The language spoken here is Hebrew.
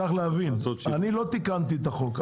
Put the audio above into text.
צריך להבין, אני לא תיקנתי את החוק.